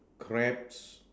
crabs